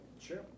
Sure